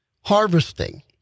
harvesting